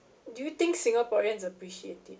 do you think singaporeans appreciate it